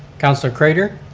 councilor craitor.